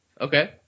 Okay